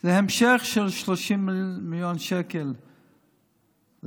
זה ההמשך של 30 מיליון שקל לרפורמים.